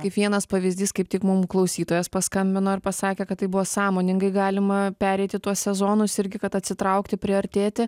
kaip vienas pavyzdys kaip tik mum klausytojas paskambino ir pasakė kad taip buvo sąmoningai galima pereiti tuos sezonus irgi kad atsitraukti priartėti